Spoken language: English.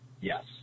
Yes